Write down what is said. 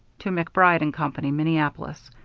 to macbride and company, minneapolis,